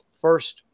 first